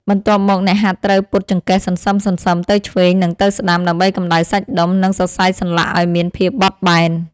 បន្ទាប់មក អ្នកហាត់ត្រូវពត់ចង្កេះសន្សឹមៗទៅឆ្វេង និងទៅស្ដាំ ដើម្បីកម្ដៅសាច់ដុំ និងសរសៃសន្លាក់ឱ្យមានភាពបត់បែន។